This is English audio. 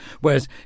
Whereas